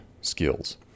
skills